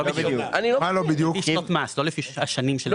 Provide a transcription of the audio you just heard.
זה לפי שנות מס, לא לפי השנים של הילד.